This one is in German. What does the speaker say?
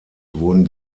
wurden